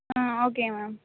ah okay ma'am